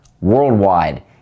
worldwide